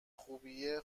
خوبیه